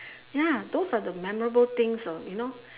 ya those are the memorable things ah you know